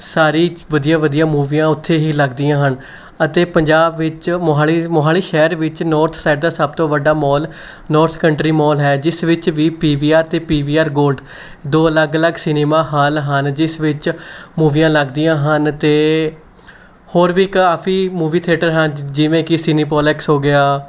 ਸਾਰੀ ਵਧੀਆ ਵਧੀਆ ਮੂਵੀਆਂ ਉੱਥੇ ਹੀ ਲੱਗਦੀਆਂ ਹਨ ਅਤੇ ਪੰਜਾਬ ਵਿੱਚ ਮੋਹਾਲੀ ਮੋਹਾਲੀ ਸ਼ਹਿਰ ਵਿੱਚ ਨੌਰਥ ਸਾਈਡ ਦਾ ਸਭ ਤੋਂ ਵੱਡਾ ਮਾਲ ਨੌਰਥ ਕੰਟਰੀ ਮਾਲ ਹੈ ਜਿਸ ਵਿੱਚ ਵੀ ਪੀ ਵੀ ਆਰ ਅਤੇ ਪੀ ਵੀ ਆਰ ਗੋਲਡ ਦੋ ਅਲੱਗ ਅਲੱਗ ਸਿਨੇਮਾ ਹਾਲ ਹਨ ਜਿਸ ਵਿੱਚ ਮੂਵੀਆਂ ਲੱਗਦੀਆਂ ਹਨ ਅਤੇ ਹੋਰ ਵੀ ਕਾਫੀ ਮੂਵੀ ਥੀਏਟਰ ਹਨ ਜਿਵੇਂ ਕਿ ਸੀਨੀਪਲੈਕਸ ਹੋ ਗਿਆ